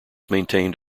maintained